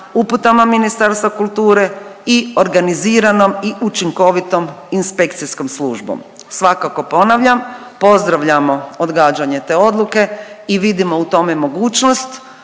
uputama Ministarstva kulture i organiziranom i učinkovitom inspekcijskom službom. Svakako ponavljam pozdravljamo odgađanje te odluke i vidimo u tome mogućnost